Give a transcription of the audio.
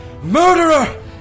Murderer